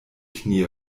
knie